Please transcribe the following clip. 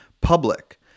public